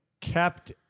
kept